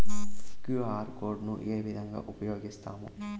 QR code ను ఏ విధంగా ఉపయగిస్తాము?